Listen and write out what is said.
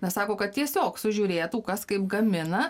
na sako kad tiesiog sužiūrėtų kas kaip gamina